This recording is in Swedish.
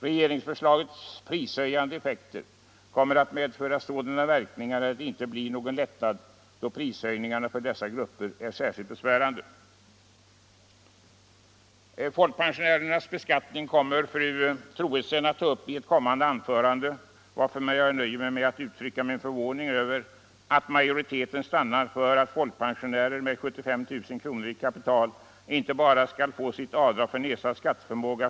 Regeringsförslagets prishöjande effekter kommer att göra att de grupperna inte får någon lättnad, då prishöjningarna för dessa grupper är särskilt besvärande. Folkpensionärernas beskattning kommer fru Troedsson att ta upp i ett kommande anförande, varför jag nöjer mig med att uttrycka min förvåning över att majoriteten stannat för att en folkpensionär med 75 000 kr. i kapital skall förvägras avdrag för nedsatt skatteförmåga.